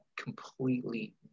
completely